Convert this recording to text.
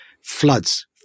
floods